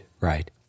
right